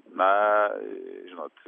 na žinot